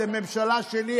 אתם ממשלה שלי.